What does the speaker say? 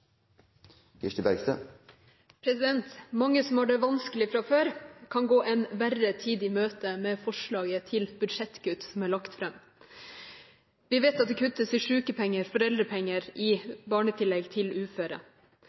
Mange som har det vanskelig fra før, kan gå en verre tid i møte med forslaget til budsjettkutt som er lagt fram. Vi vet at det kuttes i sykepenger, foreldrepenger og barnetillegg til uføre.